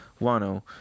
Wano